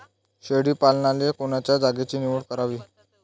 शेळी पालनाले कोनच्या जागेची निवड करावी?